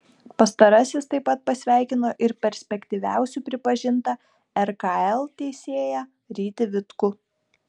pastarasis taip pat pasveikino ir perspektyviausiu pripažintą rkl teisėją rytį vitkų